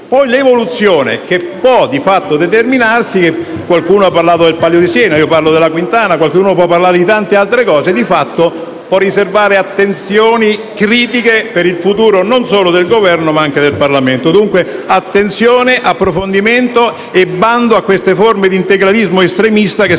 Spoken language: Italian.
L'evoluzione che può di fatto determinarsi - qualcuno ha parlato del Palio di Siena, io parlo della Quintana, qualcun altro può parlare di tante altre cose - può riservare conseguenze critiche per il futuro non solo del Governo, ma anche del Parlamento. Dunque, attenzione, approfondimento e bando a queste forme di integralismo estremista, che sta emergendo